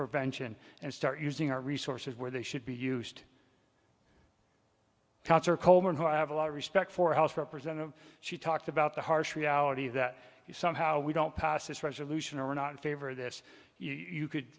prevention and start using our resources where they should be used cancer coleman who have a lot of respect for house representative she talked about the harsh reality that you somehow we don't pass this resolution or we're not in favor of this you could